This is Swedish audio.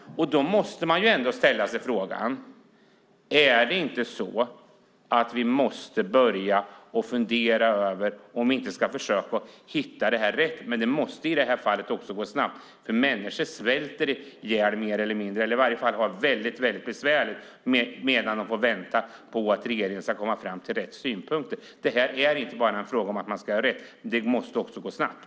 Då måste vi ställa oss frågan om vi inte måste fundera över att hitta rätt - men det måste i det här fallet gå snabbt. Människor svälter mer eller mindre ihjäl - de har det besvärligt - medan de väntar på att regeringen ska komma fram till rätt synpunkter. Det här är inte bara fråga om att ha rätt utan det här måste också gå snabbt.